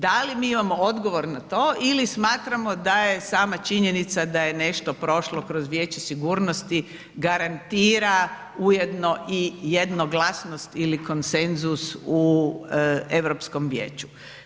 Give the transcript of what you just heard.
Da li mi imamo odgovor na to ili smatramo da je sama činjenica da je nešto prošlo kroz Vijeće sigurnosti, garantira ujedno i jednoglasnost ili konsenzus u Europskom vijeću.